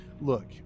look